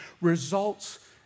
results